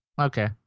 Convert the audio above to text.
Okay